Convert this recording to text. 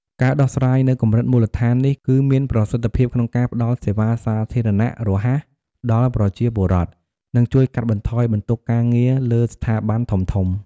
ការដោះស្រាយនៅកម្រិតមូលដ្ឋាននេះ គឺមានប្រសិទ្ធភាពក្នុងការផ្តល់សេវាសាធារណៈរហ័សដល់ប្រជាពលរដ្ឋ និងជួយកាត់បន្ថយបន្ទុកការងារលើស្ថាប័នធំៗ។